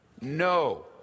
No